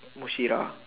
Mushira